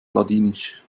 ladinisch